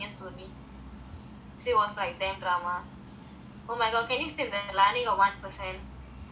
so it was damn drama oh my god can you of one person